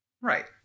Right